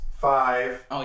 five